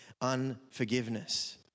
unforgiveness